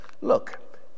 Look